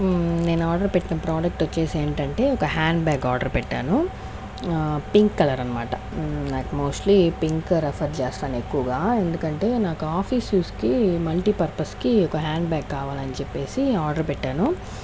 నేను ఆర్డర్ పెట్టిన ప్రోడక్ట్ వచ్చేసి ఏంటంటే ఒక హ్యాండ్ బ్యాగ్ ఆర్డర్ పెట్టాను పింక్ కలర్ అనమాట నాకు మోస్ట్లీ పింక్ ప్రిఫర్ చేస్తాను ఎక్కువగా ఎందుకంటే నాకు ఆఫీస్ యూస్ కి మల్టీ పర్పస్ కి ఒక హ్యాండ్ బ్యాగ్ కావాలి అని చెప్పేసి ఆర్డర్ పెట్టాను